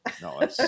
No